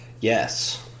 Yes